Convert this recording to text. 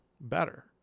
better